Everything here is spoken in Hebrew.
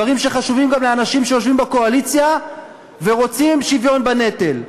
דברים שחשובים גם לאנשים שיושבים בקואליציה ורוצים שוויון בנטל.